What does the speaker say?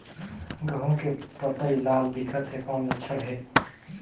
गहूं के पतई लाल दिखत हे कौन लक्षण हे?